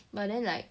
but then like